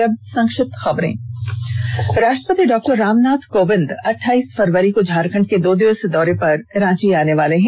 और अब संक्षिप्त खबरें राष्ट्रपति डॉ रामनाथ कोविंद अठाईस फरवरी को झारखंड के दो दिवसीय दौरे पर रांची आने वाले हैं